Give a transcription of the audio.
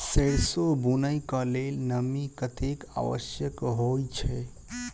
सैरसो बुनय कऽ लेल नमी कतेक आवश्यक होइ छै?